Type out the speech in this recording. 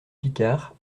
picard